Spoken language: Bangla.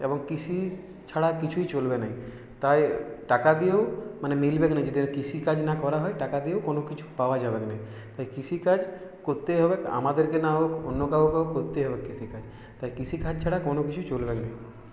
এবং কৃষি ছাড়া কিছুই চলবে না তাই টাকা দিয়েও মানে মিলবে না কৃষিকাজ না করা হয় টাকা দিয়েও কোনো কিছু পাওয়া যাবে না তাই কৃষিকাজ করতেই হবে আমাদেরকে না হোক অন্য কাউকে করতেই হবে কৃষিকাজ তাই কৃষিকাজ ছাড়া কোনো কিছু চলবে না